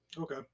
Okay